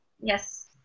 Yes